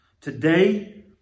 Today